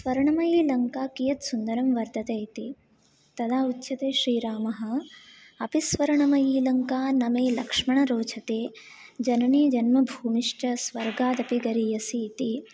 स्वर्णमयी लङ्का कियत् सुन्दरं वर्तते इति तदा उच्यते श्रीरामः अपि स्वर्णमयी लङ्का न मे लक्ष्मण रोचते जननी जन्मभूमिश्च स्वर्गादपि गरीयसी इति